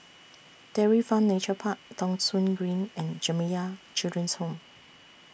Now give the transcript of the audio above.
Dairy Farm Nature Park Thong Soon Green and Jamiyah Children's Home